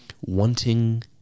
wanting